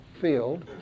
field